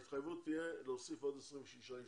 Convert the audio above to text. התחייבות תהיה להוסיף עוד 26 איש.